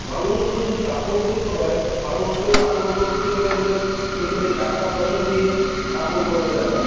মানুষকে যদি আপন করতে হয় মানুষকে আপন করতে গেলে বলে সেখানে টাকা পয়সা দিয়ে আপন করা যায় না